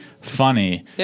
funny